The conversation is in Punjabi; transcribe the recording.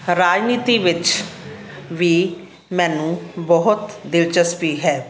ਰਾਜਨੀਤੀ ਵਿੱਚ ਵੀ ਮੈਨੂੰ ਬਹੁਤ ਦਿਲਚਸਪੀ ਹੈ